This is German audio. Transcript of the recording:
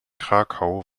krakau